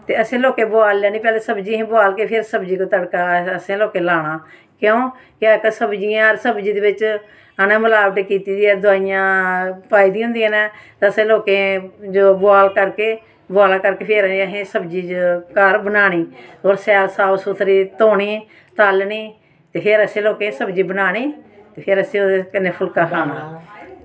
ते असें लोकें बोआलना निं अस पैह्लें बोआलगे सब्जी पर तड़का असें लोकें लाना क्युं कि सब्जियें दे बिच इनें मलावट कीती दी ऐ दोआइयां पाई दियां होंदियां न ते असें लोकें जो बोआल करके बोआला करके फिर असें सब्जी च काड़ बनानी होर शैल साफ सूथरी धोनी तालनी ते फिर असें लोकें सब्जी बनानी ते फिर असें ओह्दे कन्नै फुलका खाना